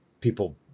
people